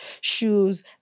shoes